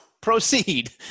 Proceed